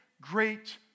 great